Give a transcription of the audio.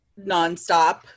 nonstop